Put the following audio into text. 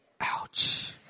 ouch